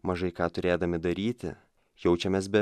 mažai ką turėdami daryti jaučiamės be